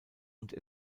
und